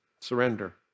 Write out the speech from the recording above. surrender